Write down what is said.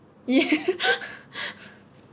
yeah